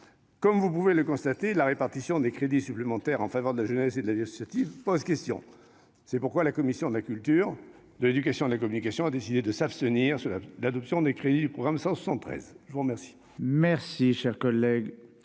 Comme vous pouvez le constater, mes chers collègues, la répartition des crédits supplémentaires en faveur de la jeunesse et de la vie associative pose question. C'est pourquoi la commission de la culture, de l'éducation et de la communication a décidé de s'abstenir sur l'adoption des crédits du programme 163. Mes chers